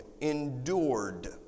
endured